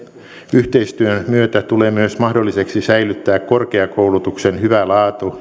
yhteistyön myötä tulee myös mahdolliseksi säilyttää korkeakoulutuksen hyvä laatu